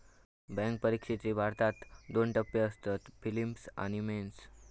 bank परिक्षेचे भारतात दोन टप्पे असतत, पिलिम्स आणि मेंस